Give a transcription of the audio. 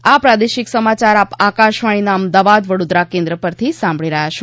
corona સંદેશ આ પ્રાદેશિક સમાચાર આપ આકશવાણીના અમદાવાદ વડોદરા કેન્દ્ર પરથી સાંભળી રહ્યા છે